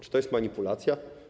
Czy to jest manipulacja?